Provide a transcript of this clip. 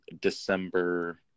December